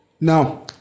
now